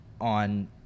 on